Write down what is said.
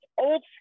old